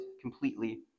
completely